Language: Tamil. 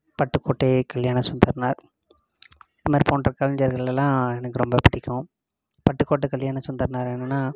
பட்டுக்கோட்டை கல்யாணசுந்தரனார் இது மாதிரி போன்ற கலைஞர்கள் எல்லாம் எனக்கு ரொம்ப பிடிக்கும் பட்டுக்கோட்டை கல்யாணசுந்தரனார் என்னென்னா